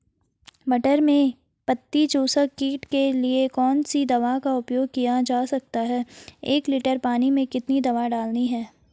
मटर में पत्ती चूसक कीट के लिए कौन सी दवा का उपयोग किया जा सकता है एक लीटर पानी में कितनी दवा डालनी है?